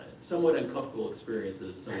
somewhat uncomfortable experience as